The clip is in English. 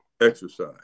exercise